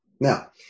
Now